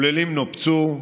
עוללים נופצו,